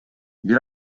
бир